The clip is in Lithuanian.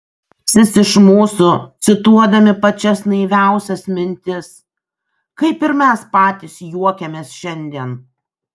juoksis iš mūsų cituodami pačias naiviausias mintis kaip ir mes patys juokiamės šiandien